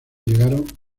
llegaron